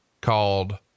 called